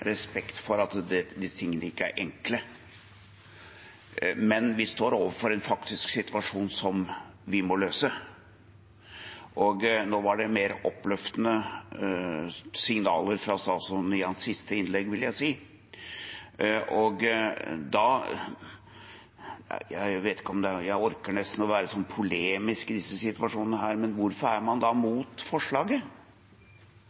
respekt for at disse tingene ikke er enkle, men vi står overfor en faktisk situasjon som vi må løse, og det var mer oppløftende signaler fra statsråden i hans siste innlegg, vil jeg si. Jeg vet ikke om jeg orker å være polemisk i disse situasjonene, men hvorfor er man da